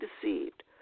deceived